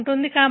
yt0